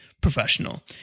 professional